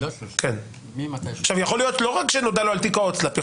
יכול להיות לא רק שנודע לו על תיק ההוצל"פ,